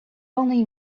only